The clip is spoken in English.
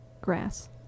grass